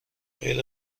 غیر